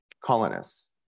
colonists